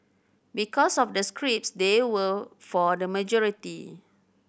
because of the scripts they were for the majority